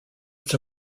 its